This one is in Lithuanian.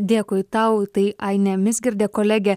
dėkui tau tai ainė mizgirdė kolegė